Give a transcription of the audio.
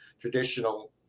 traditional